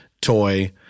Toy